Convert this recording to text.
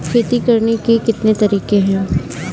खेती करने के कितने तरीके हैं?